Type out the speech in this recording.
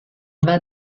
war